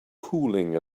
cooling